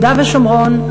ביהודה ושומרון,